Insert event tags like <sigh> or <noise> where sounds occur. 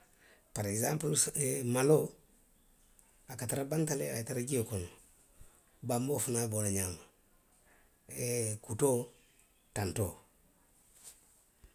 Pare ekisanpulu <hesitation> maloo, a ka tara banta le a ye tara jio kono, banboo fanaŋ be wo le ňaama. Eee <hesitation> kutoo, tantoo.